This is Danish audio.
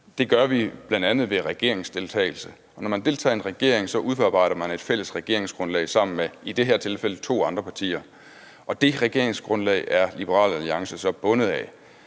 Det gør vi bl.a. ved regeringsdeltagelse, og når man deltager i en regering, udarbejder man et fælles regeringsgrundlag sammen med andre partier, i det her tilfælde to andre partier. Og det regeringsgrundlag er Liberal Alliance så bundet af.